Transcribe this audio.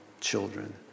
children